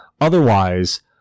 otherwise